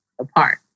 apart